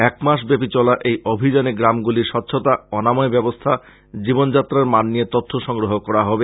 এক মাস ব্যাপী চলা এই অভিযানে গ্রামগুলির স্বচ্ছতা অনাময় ব্যবস্থা জীবন যাত্রার মান নিয়ে তথ্য সংগ্রহ করা হবে